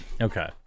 Okay